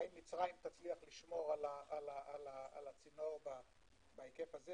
האם מצרים תצליח לשמור על הצינור בהיקף הזה?